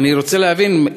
אני רוצה להבין: